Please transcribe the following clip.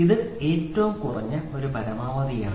ഇത് ഏറ്റവും കുറഞ്ഞത് ഇത് പരമാവധി ആണ്